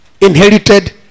inherited